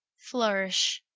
flourish.